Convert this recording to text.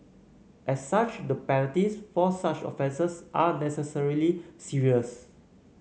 as such the penalties for such offences are necessarily serious